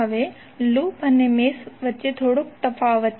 હવે લૂપ અને મેશ વચ્ચે થોડો તફાવત છે